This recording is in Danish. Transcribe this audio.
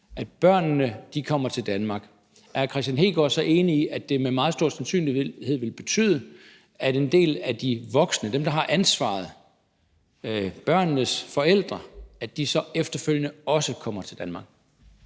at børnene kommer til Danmark, er hr. Kristian Hegaard så enig i, at det med meget stor sandsynlighed vil betyde, at en del af de voksne – dem, der har ansvaret, børnenes forældre – efterfølgende også kommer til Danmark?